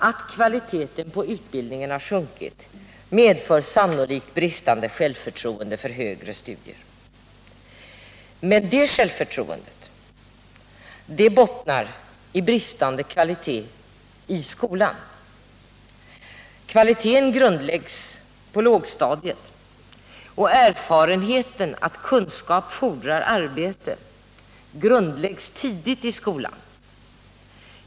Att kvaliteten på utbildningen har sjunkit medför sannolikt bristande självförtroende när det gäller högre studier. Men det bottnar i bristande kvalitet i skolan. Kvaliteten grundläggs på lågstadiet, och erfarenheten att kunskap fordrar arbete grundläggs tidigt i skolan.